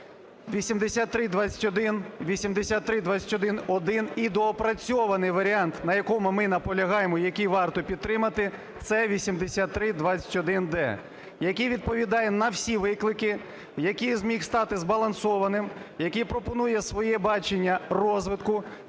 8321, 8321-1, і доопрацьований варіант, на якому ми наполягаємо, який варто підтримати, це 8321-д, який відповідає на всі виклики, який зміг стати збалансованим, який пропонує своє бачення розвитку